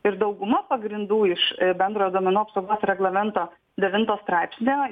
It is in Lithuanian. ir dauguma pagrindų iš bendrojo duomenų apsaugos reglamento devinto straipsnio